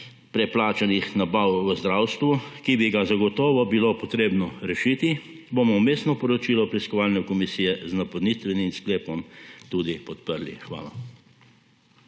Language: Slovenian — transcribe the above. preplačanih nabav v zdravstvu, ki bi ga zagotovo bilo potrebno rešiti, bomo vmesno poročilo preiskovalne komisije z napotitvenim sklepom tudi podprli. Hvala.